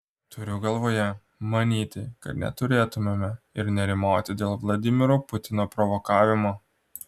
turiu galvoje manyti kad neturėtumėme ir nerimauti dėl vladimiro putino provokavimo